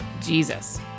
Jesus